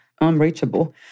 unreachable